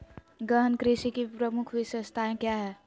गहन कृषि की प्रमुख विशेषताएं क्या है?